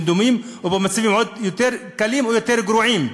דומים או במצבים עוד יותר קלים או יותר גרועים.